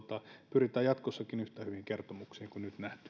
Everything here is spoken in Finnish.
pyritään jatkossakin yhtä hyviin kertomuksiin kuin nyt nähty